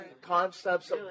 concepts